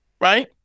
right